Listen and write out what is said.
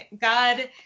God